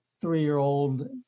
three-year-old